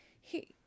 he-